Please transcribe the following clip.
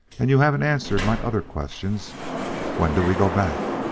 and you haven't answered my other questions when do we go back?